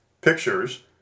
pictures